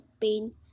pain